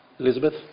Elizabeth